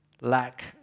lack